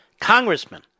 Congressman